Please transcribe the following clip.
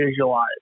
visualize